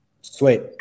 sweet